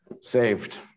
saved